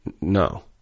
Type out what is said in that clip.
no